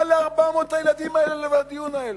מה ל-400 הילדים האלה ולדיון הזה?